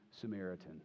Samaritan